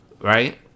right